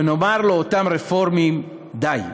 ונאמר לאותם רפורמים: די,